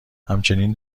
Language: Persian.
همچنین